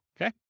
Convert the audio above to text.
Okay